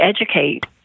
educate